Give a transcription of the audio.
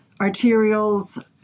arterials